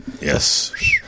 Yes